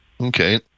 Okay